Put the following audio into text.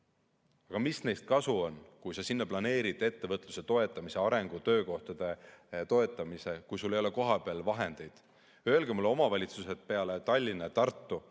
Aga mis neist kasu on, kui sa sinna planeerid ettevõtluse toetamise, arengu, töökohtade toetamise, kui sul ei ole kohapeal vahendeid? Öelge mulle mõni omavalitsus peale Tallinna ja Tartu,